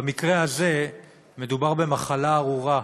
במקרה הזה מדובר במחלה ארורה,